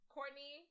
Courtney